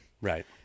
Right